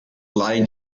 lying